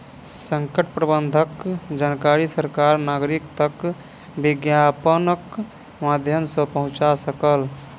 संकट प्रबंधनक जानकारी सरकार नागरिक तक विज्ञापनक माध्यम सॅ पहुंचा सकल